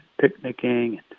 picnicking